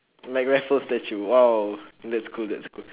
like raffles statue !wow! that's cool that's cool